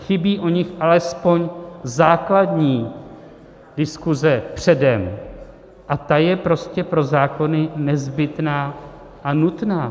Chybí o nich alespoň základní diskuse předem, a ta je prostě pro zákony nezbytná a nutná.